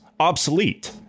Obsolete